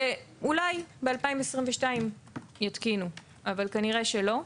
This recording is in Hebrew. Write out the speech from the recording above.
שאולי ב-2022 יתקינו אבל כנראה שלא,